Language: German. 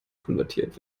konvertiert